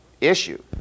issue